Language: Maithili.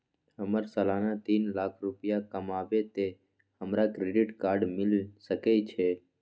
हमर सालाना तीन लाख रुपए कमाबे ते हमरा क्रेडिट कार्ड मिल सके छे?